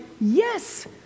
yes